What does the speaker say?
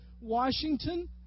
Washington